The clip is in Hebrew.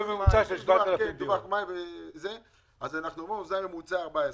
אנחנו אומרים שהממוצע הוא 14,000,